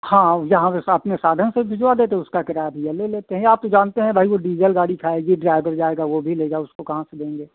हाँ यहाँ पर अपने साधन से भिजवा देते उसका किराया भैया ले लेते हैं आप तो जानते हैं भाई वह डीजल गाड़ी खाएगी ड्राइबर जाएगा वह भी लेगा उसको कहाँ से देंगे